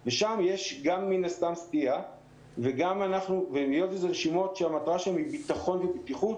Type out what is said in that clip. ושם יש מן הסתם סטייה היות שאלה רשימות שהמטרה שלהן היא ביטחון ובטיחות.